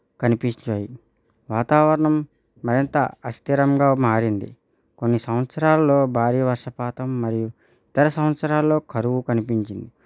కనిపించాయి వాతావరణం మరింత అస్తీరంగా మారింది కొన్ని సంవత్సరాలలో భారీ వర్షపాతం మరియు ఇతర సంవత్సరాల్లో కరువు కనిపించింది